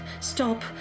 stop